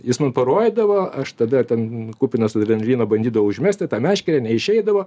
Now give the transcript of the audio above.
jis man parodydavo aš tada ten kupinas adrenalino bandydavo užmesti tą meškerę neišeidavo